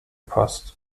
passt